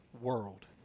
world